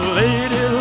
lady